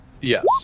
Yes